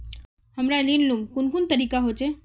हमरा ऋण लुमू कुन कुन तरीका होचे?